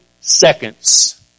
seconds